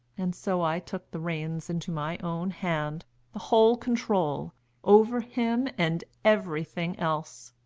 and so i took the reins into my own hand the whole control over him and everything else.